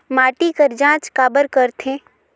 माटी कर जांच काबर करथे?